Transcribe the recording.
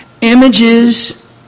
images